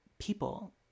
People